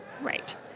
Right